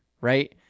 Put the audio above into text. right